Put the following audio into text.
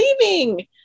leaving